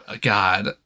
God